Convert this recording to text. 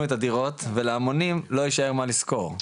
את הדירות ולהמונים לא יישאר מה לשכור.